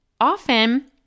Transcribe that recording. often